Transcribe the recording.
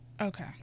Okay